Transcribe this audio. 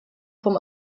vom